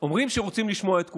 אומרים שרוצים לשמוע את כולם,